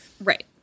Right